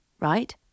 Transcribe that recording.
right